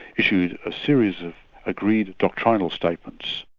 issued a series of agreed doctrinal statements.